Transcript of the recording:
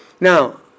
Now